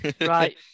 Right